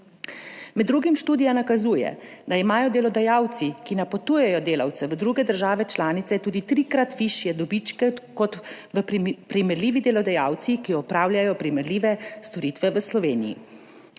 Med drugim študija nakazuje, da imajo delodajalci, ki napotujejo delavce v druge države članice, tudi trikrat višje dobičke kot primerljivi delodajalci, ki opravljajo primerljive storitve v Sloveniji.